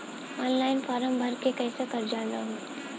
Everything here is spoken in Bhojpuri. ऑनलाइन फ़ारम् भर के कैसे कर्जा मिली?